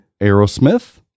aerosmith